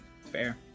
Fair